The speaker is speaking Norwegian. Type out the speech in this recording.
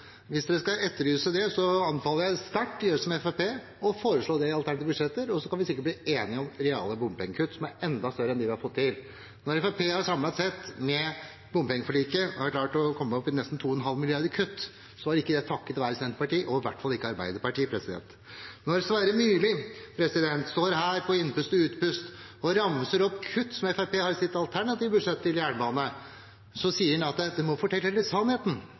anbefaler jeg sterkt å gjøre som Fremskrittspartiet og foreslå det i alternative budsjetter, så kan vi sikkert bli enige om reale bompengekutt som er enda større enn dem vi har fått til. Når Fremskrittspartiet har – samlet sett, med bompengeforliket – klart å komme opp i nesten 2,5 mrd. kr i kutt, er ikke det takket være Senterpartiet, og i hvert fall ikke Arbeiderpartiet. Når Sverre Myrli står her og på innpust og utpust ramser opp kutt som Fremskrittspartiet har i sitt alternative budsjett til jernbane, så sier han at vi må fortelle hele sannheten.